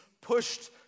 pushed